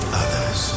others